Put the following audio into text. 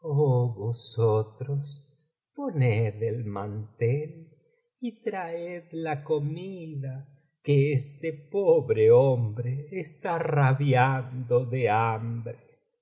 el mantel y traed la comida que este pobre hombre está rabiando de hambre